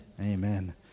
Amen